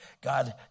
God